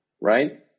right